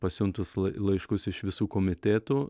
pasiuntus lai laiškus iš visų komitėtų